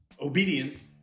Obedience